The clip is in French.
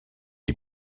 est